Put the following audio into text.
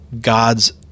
God's